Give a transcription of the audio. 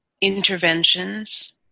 interventions